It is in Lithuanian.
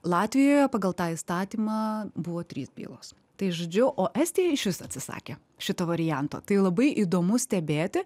latvijoje pagal tą įstatymą buvo trys bylos tai žodžiu o estija išvis atsisakė šito varianto tai labai įdomu stebėti